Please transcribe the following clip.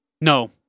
No